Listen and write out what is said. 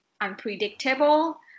unpredictable